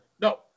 No